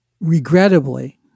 regrettably